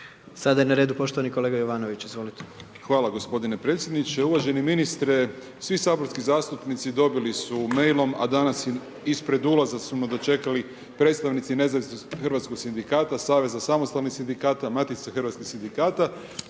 Sada je na redu poštovani kolega Jovanović, izvolite. **Jovanović, Željko (SDP)** Hvala gospodine predsjedniče. Uvaženi ministre, svi saborski zastupnici dobili su mailom, a danas i ispred ulaza su me dočekali predstavnici nezavisnih hrvatskog sindikata, saveza samostalnih sindikata, matice hrvatskih sindikata